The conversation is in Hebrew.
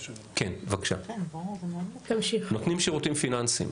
(שקף: נותני שירותים פיננסיים).